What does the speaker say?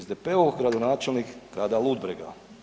SDP-ov gradonačelnik grada Ludbrega.